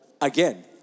again